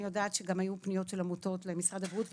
אני יודעת שגם היו פניות של עמותות למשרד הבריאות,